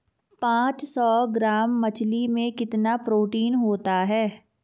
पांच सौ ग्राम मछली में कितना प्रोटीन होता है?